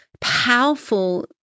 powerful